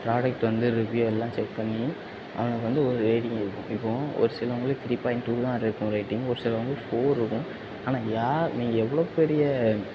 product வந்து review எல்லாம் check பண்ணி அவனுக்கு வந்து ஒரு ரேட்டிங் இருக்கும் இப்போ ஒரு சிலவங்களுக்கு த்ரீ பாய்ண்ட் டூ தான் இருக்கும் ரேட்டிங் ஒரு சிலவங்களுக்கு ஃபோர் இருக்கும் ஆனால் யார் நீங்கள் எவ்வளோ பெரிய